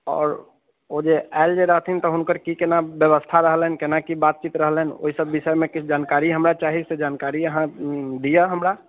आओर ओ जे आएल जे रहथिन तऽ हुनकर की केना व्यवस्था रहलनि केना कि बातचीत रहलनि ओहिसब विषयमे किछु जानकारी हमरा चाही से जानकारी अहाँ दिअ हमरा